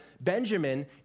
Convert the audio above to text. Benjamin